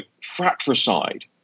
fratricide